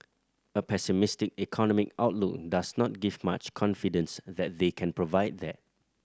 a pessimistic economic outlook does not give much confidence that they can provide that